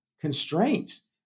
constraints